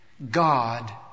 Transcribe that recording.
God